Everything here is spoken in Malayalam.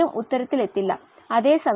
ഇത് 21 ശതമാനമാണ്